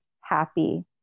happy